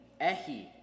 Ehi